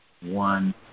one